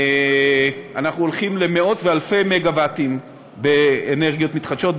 אנחנו הולכים למאות ואלפי מגה-ואטים באנרגיות מתחדשות,